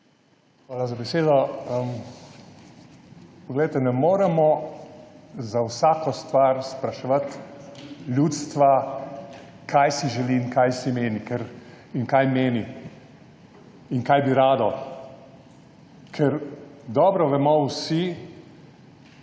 Hvala za besedo. Poglejte, ne moremo za vsako stvar spraševati ljudstva, kaj si želi in kaj meni in kaj bi rado, ker dobro vemo vsi,